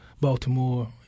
Baltimore